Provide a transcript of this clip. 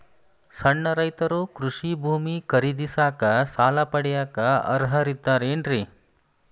ಸಣ್ಣ ರೈತರು ಕೃಷಿ ಭೂಮಿ ಖರೇದಿಸಾಕ, ಸಾಲ ಪಡಿಯಾಕ ಅರ್ಹರಿದ್ದಾರೇನ್ರಿ?